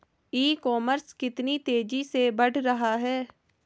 ई commerce कितनी तेजी से बढ़ रहा है?